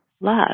love